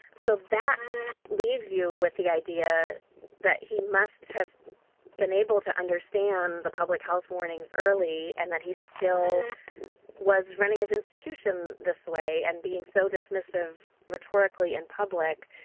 so that leaves you with the idea that he must have been able to understand the public health warnings early and that he still was running his institution this way and being so dismissive rhetorically in public,